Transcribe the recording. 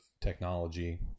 technology